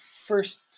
first